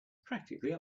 practically